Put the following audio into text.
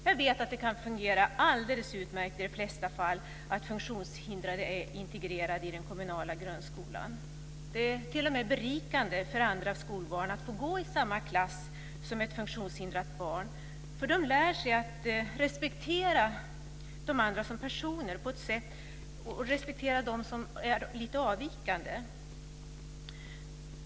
Jag vet att det kan fungera alldeles utmärkt i de flesta fall att funktionshindrade är integrerade i den kommunala grundskolan. Det är t.o.m. berikande för andra skolbarn att få gå i samma klass som ett funktionshindrat barn, för de lär sig att respektera dem som är lite avvikande.